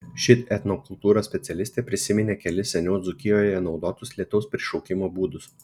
ši etnokultūros specialistė prisiminė kelis seniau dzūkijoje naudotus lietaus prišaukimo būdus